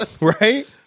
right